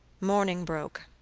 morning broke.